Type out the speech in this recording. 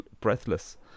Breathless